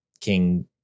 King